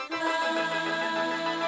love